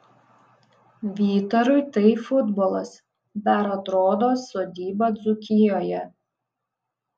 vytarui tai futbolas dar atrodo sodyba dzūkijoje